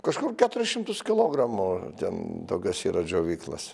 kažkur keturis šimtus kilogramų ten tokios yra džiovyklos